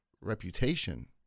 reputation